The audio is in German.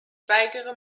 weigere